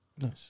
Nice